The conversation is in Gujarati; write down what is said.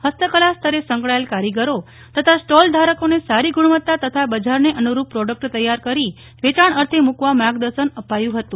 હસ્તકલા સ્તરે સંકળાયેલ કારીગરો તથા સ્ટોાલ ધારકોને સારી ગુણવત્તા તથા બજારને અનુરૂપ પ્રોડકટ તૈયારી કરી વેચાણ અર્થે મૂકવા માર્ગદર્શન અપાયું હતું